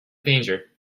danger